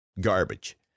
garbage